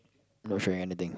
not showing anything